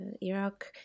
Iraq